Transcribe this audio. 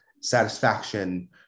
satisfaction